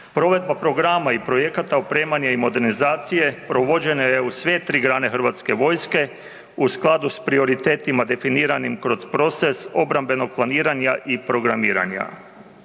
Provedba programa i projekata, opremanje i modernizacije provođene u sve tri grane HV-a, u skladu s prioritetima definiranim kroz proces obrambenog planiranja i programiranja.